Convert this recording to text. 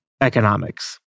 economics